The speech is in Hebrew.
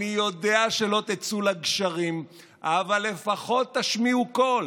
אני יודע שלא תצאו לגשרים, אבל לפחות תשמיעו קול,